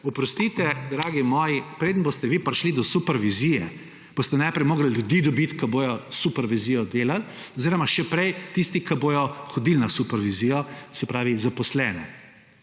Oprostite, dragi moji, preden boste vi prišli do supervizije, boste najprej morali ljudi dobiti, ki bodo supervizijo delali, oziroma še prej tiste, ki bodo hodili na supervizijo, se pravi zaposlene,